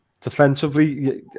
Defensively